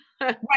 Right